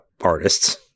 artists